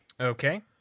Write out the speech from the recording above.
Okay